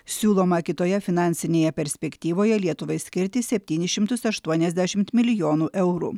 siūloma kitoje finansinėje perspektyvoje lietuvai skirti septynis šimtus aštuoniasdešimt milijonų eurų